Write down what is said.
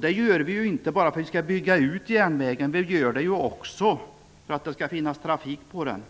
Det gör vi inte bara för att bygga ut järnvägen, utan också för att det skall finnas trafik på den.